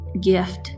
gift